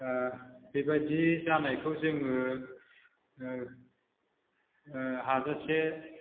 बेबायदि जानायखौ जोङो हाजासे